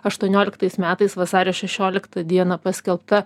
aštuonioliktais metais vasario šešioliktą dieną paskelbta